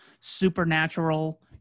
supernatural